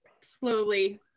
slowly